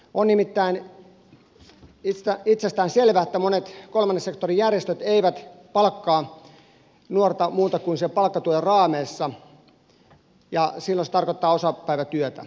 on nimittäin itsestään selvää että monet kolmannen sektorin järjestöt eivät palkkaa nuorta muuten kuin sen palkkatuen raameissa ja silloin se tarkoittaa osapäivätyötä